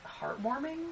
heartwarming